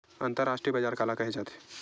अंतरराष्ट्रीय बजार काला कहे जाथे?